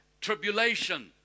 tribulation